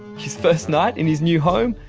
his first night in his new home,